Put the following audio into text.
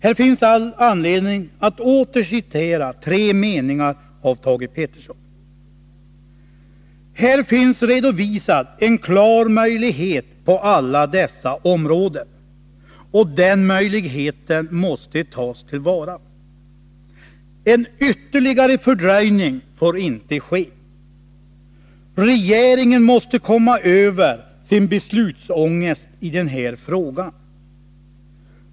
Här finns all anledning att åter citera tre meningar av Thage Peterson: ”Här finns redovisad en klar möjlighet på alla dessa områden, och den möjligheten måste tas till vara. En ytterligare fördröjning får inte ske. Regeringen måste komma över sin beslutsångest i den här frågan.